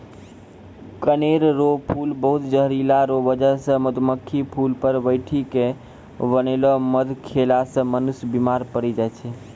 कनेर रो फूल बहुत जहरीला रो बजह से मधुमक्खी फूल पर बैठी के बनैलो मध खेला से मनुष्य बिमार पड़ी जाय छै